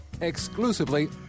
exclusively